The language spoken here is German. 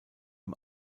ihm